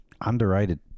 underrated